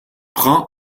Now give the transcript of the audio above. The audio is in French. prend